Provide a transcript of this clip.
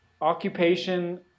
occupation